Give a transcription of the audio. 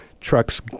trucks